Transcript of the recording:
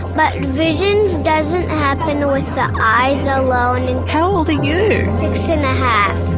but vision doesn't happen with the eyes alone. and how old are you? six and a half.